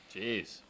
Jeez